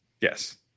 Yes